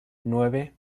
nueve